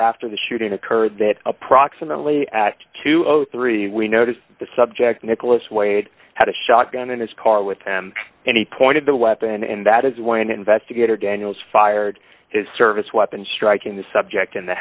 after the shooting occurred that approximately at two o three we noticed the subject nicholas wade had a shotgun in his car with him and he pointed the weapon and that is when investigator daniels fired his service weapon striking the subject in the